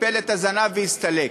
קיפל את הזנב והסתלק.